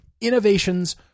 innovations